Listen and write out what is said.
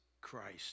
Christ